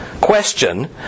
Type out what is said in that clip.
question